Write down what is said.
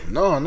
no